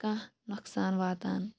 کانٛہہ نوٚقصان واتان